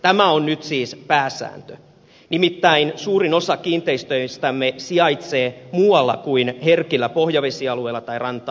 tämä on nyt siis pääsääntö nimittäin suurin osa kiinteistöistämme sijaitsee muualla kuin herkillä pohjavesialueilla tai ranta alueilla